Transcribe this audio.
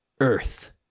earth